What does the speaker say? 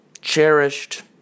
cherished